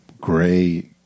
gray